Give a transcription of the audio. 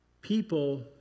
people